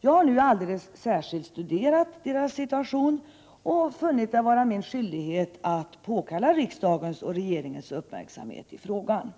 Jag har nu alldeles särskilt studerat deras situation och funnit det vara min skyldighet att påkalla riksdagens och regeringens uppmärksamhet i frågan.